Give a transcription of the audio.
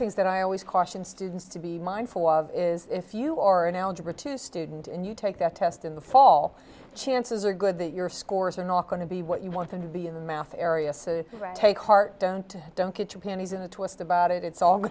things that i always caution students to be mindful of is if you are an algebra two student and you take that test in the fall chances are good that your scores are not going to be what you want them to be in the math area so take heart don't don't get your panties in a twist about it it's